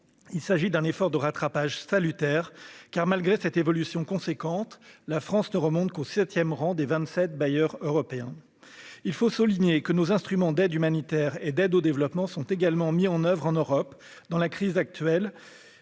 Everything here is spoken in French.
Il s'agit d'un effort de rattrapage salutaire, car, malgré cette évolution considérable, la France ne figure qu'au septième rang des vingt-sept bailleurs européens. Il faut souligner que nos instruments d'aide humanitaire et d'aide au développement sont également mis en oeuvre en Europe dans la crise actuelle.